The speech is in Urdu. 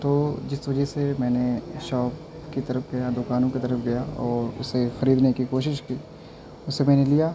تو جس وجہ سے میں نے شاپ کی طرف گیا دوکانوں کی طرف گیا اور اسے خریدنے کی کوشش کی اس سے میں نے لیا